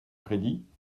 crédit